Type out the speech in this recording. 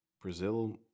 brazil